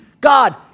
God